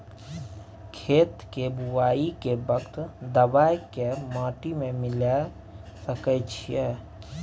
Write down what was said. खेत के बुआई के वक्त दबाय के माटी में मिलाय सके छिये?